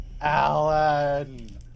Alan